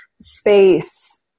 space